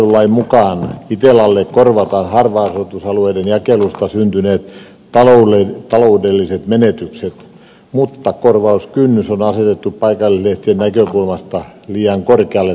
postinjakelulain mukaan itellalle korvataan harva asutusalueiden jakelusta syntyneet taloudelliset menetykset mutta korvauskynnys on asetettu paikallislehtien näkökulmasta liian korkealle tasolle